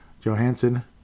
Johansson